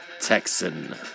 Texan